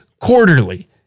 quarterly